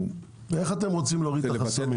איך אתם רוצים להוריד את החסמים?